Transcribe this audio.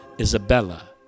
isabella